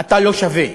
אתה לא שווה.